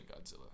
Godzilla